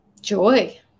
Joy